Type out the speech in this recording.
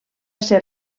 ser